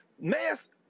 mass